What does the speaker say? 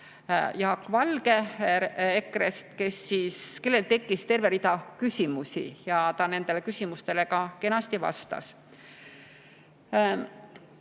Jaak Valge EKRE‑st, kellele tekkis terve rida küsimusi ja ta nendele küsimustele ka kenasti vastas.